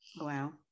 wow